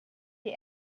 die